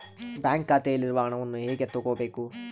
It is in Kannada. ಬ್ಯಾಂಕ್ ಖಾತೆಯಲ್ಲಿರುವ ಹಣವನ್ನು ಹೇಗೆ ತಗೋಬೇಕು?